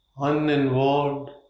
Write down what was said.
uninvolved